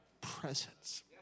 presence